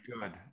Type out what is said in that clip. good